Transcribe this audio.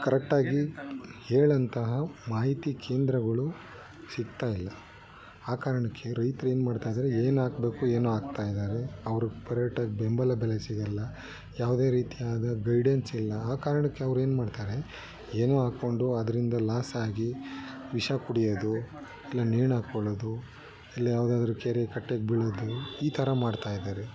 ಕರೆಕ್ಟಾಗಿ ಹೇಳೋಂತಹ ಮಾಹಿತಿ ಕೇಂದ್ರಗಳು ಸಿಗ್ತಾಯಿಲ್ಲ ಆ ಕಾರಣಕ್ಕೆ ರೈತ್ರು ಏನು ಮಾಡ್ತಾಯಿದ್ದಾರೆ ಏನು ಹಾಕ್ಬೇಕು ಏನೋ ಹಾಕ್ತಾಯಿದ್ದಾರೆ ಅವಿಗೆ ಕರೆಕ್ಟಾದ ಬೆಂಬಲ ಬೆಲೆ ಸಿಗೋಲ್ಲ ಯಾವುದೇ ರೀತಿಯಾದ ಗೈಡೆನ್ಸಿಲ್ಲ ಆ ಕಾರಣಕ್ಕೆ ಅವ್ರೇನು ಮಾಡ್ತಾರೆ ಏನೋ ಹಾಕ್ಕೊಂಡು ಅದ್ರಿಂದ ಲಾಸಾಗಿ ವಿಷ ಕುಡಿಯೋದು ಇಲ್ಲ ನೇಣು ಹಾಕ್ಕೋಳ್ಳೋದು ಇಲ್ಲ ಯಾವದಾದ್ರು ಕೆರೆ ಕಟ್ಟೆಗೆ ಬೀಳೋದು ಈ ಥರ ಮಾಡ್ತಾಯಿದ್ದಾರೆ